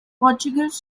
portuguese